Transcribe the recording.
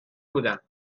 بودم